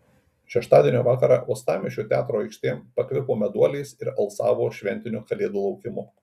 šeštadienio vakarą uostamiesčio teatro aikštė pakvipo meduoliais ir alsavo šventiniu kalėdų laukimu